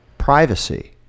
privacy